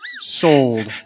Sold